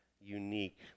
unique